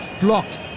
blocked